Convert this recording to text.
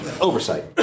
Oversight